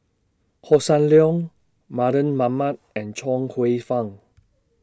Hossan Leong Mardan Mamat and Chuang Hsueh Fang